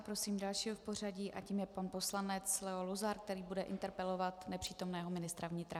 Prosím dalšího v pořadí a tím je pan poslanec Leo Luzar, který bude interpelovat nepřítomného ministra vnitra.